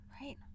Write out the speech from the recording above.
Right